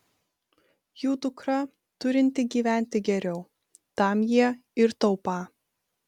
jų dukra turinti gyventi geriau tam jie ir taupą